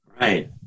Right